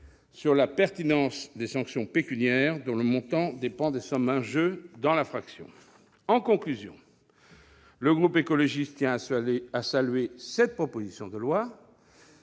sur la pertinence des sanctions pécuniaires, dont le montant dépend des sommes en jeu dans l'infraction. En conclusion, le groupe écologiste tient à saluer cette proposition de loi,